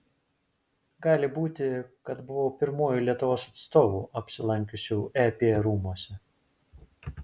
gali būti kad buvau pirmuoju lietuvos atstovu apsilankiusiu ep rūmuose